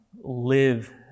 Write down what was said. live